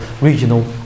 regional